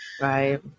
Right